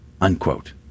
unquote